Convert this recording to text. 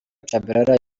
tchabalala